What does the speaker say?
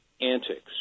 antics